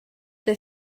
they